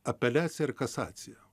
apeliacija ir kasacija